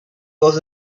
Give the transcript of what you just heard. was